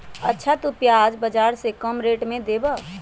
अच्छा तु प्याज बाजार से कम रेट में देबअ?